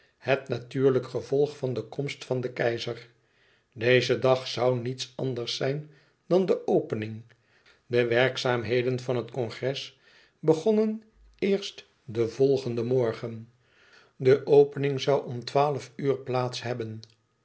het natuurlijk gevolg van de komst van den keizer deze dag zoû niets anders zijn dan de opening de werkzaamheden van het congres begonnen eerst den volgenden morgen de opening zoû om twaalf uur plaats hebben